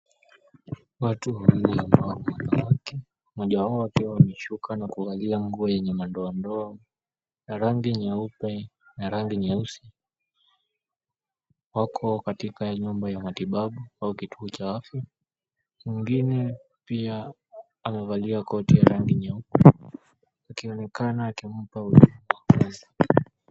Watu wanne ambao ni wanaweka. Mmoja wao akiwa amesuka na kuvalia nguo yenye madoadoa ya rangi nyeupe na rangi nyeusi. Wako katika nyumba ya matibabu au kituo cha afya. Mwingine pia amevalia koti ya rangi nyeupe akionekana akimpa pesa.